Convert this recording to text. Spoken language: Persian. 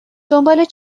دنبال